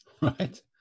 Right